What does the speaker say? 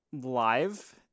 live